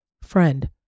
Friend